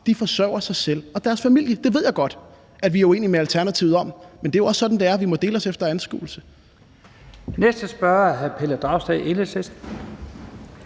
forsørger sig selv og deres familie. Det ved jeg godt vi er uenige med Alternativet om, men det er jo også sådan, det er, for vi må dele os efter anskuelse. Kl. 14:16 Første næstformand